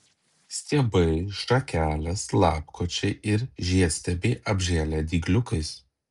stiebai šakelės lapkočiai ir žiedstiebiai apžėlę dygliukais